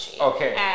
okay